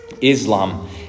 Islam